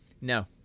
No